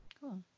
Cool